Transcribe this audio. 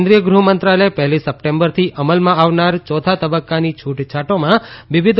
કેન્દ્રિય ગૃહમંત્રાલયે પહેલી સપ્ટેમ્બરથી અમલમાં આવનાર ચોથા તબક્કાની છૂટછાટોમાં વિવિધ